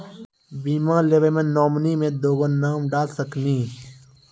बीमा लेवे मे नॉमिनी मे दुगो नाम डाल सकनी?